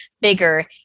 bigger